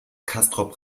castrop